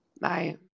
Bye